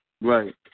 Right